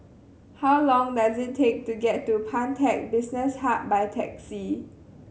how long does it take to get to Pantech Business Hub by taxi